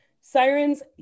Sirens